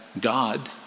God